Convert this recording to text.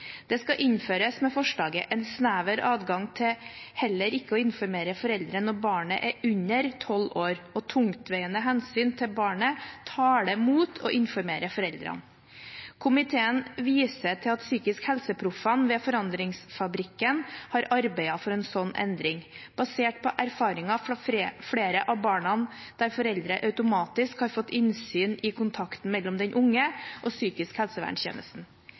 Det skal innføres med forslaget en snever adgang til heller ikke å informere foreldre når barnet er under tolv år og tungtveiende hensyn til barnet taler mot å informere foreldrene. Komiteen viser til at PsykiskhelseProffene ved Forandringsfabrikken har arbeidet for en slik endring, basert på erfaringer fra flere av barna der foreldre automatisk har fått innsyn i kontakten mellom den unge og psykisk